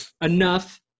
enough –